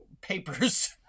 papers